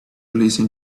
listen